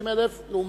50,000. כלומר שווה,